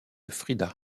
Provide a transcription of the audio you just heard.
frida